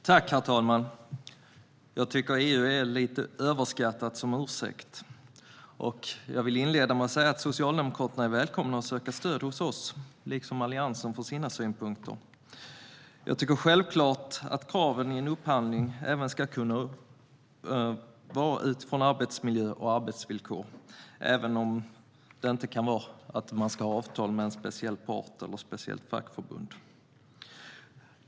Herr talman! Jag tycker att EU är lite överskattat som ursäkt. Jag vill inleda med att säga att Socialdemokraterna liksom Alliansen är välkomna att söka stöd hos oss för sina synpunkter. Jag tycker att det är självklart att kraven i en upphandling ska kunna ställas även utifrån arbetsmiljö och arbetsvillkor, även om de inte kan gälla att man ska ha avtal med en speciell part eller ett speciellt fackförbund.